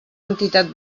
entitat